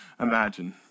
imagine